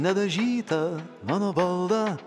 nedažyta mano baldą